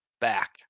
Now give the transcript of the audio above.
back